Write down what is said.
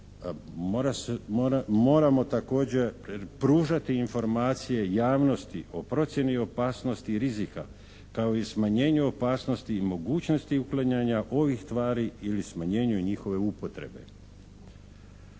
Moramo također pružati informacije javnosti o procjeni opasnosti rizika kao i smanjenju opasnosti i mogućnosti klanjanja ovih tvari ili smanjenju njihove upotrebe.